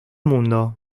mundo